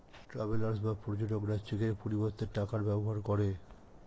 travellers বা পর্যটকরা চেকের পরিবর্তে টাকার ব্যবহার করে